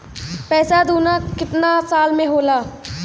पैसा दूना कितना साल मे होला?